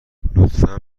لطفا